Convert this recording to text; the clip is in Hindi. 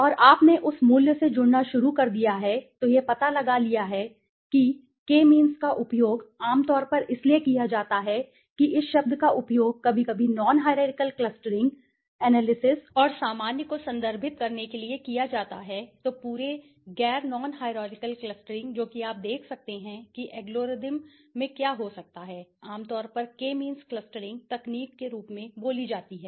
और आपने उस मूल्य से जुड़ना शुरू कर दिया है और यह पता लगा लिया है कि Kमीन्स का उपयोग आमतौर पर इसलिए किया जाता है कि इस शब्द का उपयोग कभी कभी non hierarchical clustering analysis और सामान्य को संदर्भित करने के लिए किया जाता है तो पूरे गै नॉन हाईरारकिअल क्लस्टरिंग जो कि आप देख सकते हैं कि एल्गोरिथ्म में क्या हो सकता है आमतौर पर Kमीन्स क्लस्टरिंग तकनीक के रूप में बोली जाती है